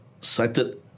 cited